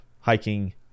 hiking